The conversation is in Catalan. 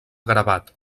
gravat